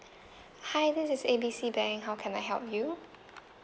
hi this is A B C bank how can I help you